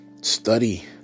study